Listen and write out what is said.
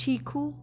शीखु